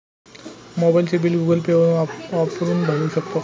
मोबाइलचे bill Google Pay वापरून भरू शकतो का?